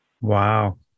Wow